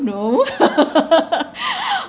know